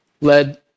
led